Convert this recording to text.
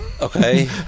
Okay